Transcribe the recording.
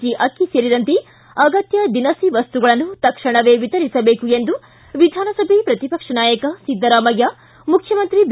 G ಅಕ್ಕಿ ಸೇರಿದಂತೆ ಅಗತ್ತ ದಿನಸಿ ವಸ್ತುಗಳನ್ನು ತಕ್ಷಣವೇ ವಿತರಿಸಬೇಕು ಎಂದು ವಿಧಾನಸಭೆ ಪ್ರತಿಪಕ್ಷ ನಾಯಕ ಸಿದ್ದರಾಮಯ್ಕ ಮುಖ್ಯಮಂತ್ರಿ ಬಿ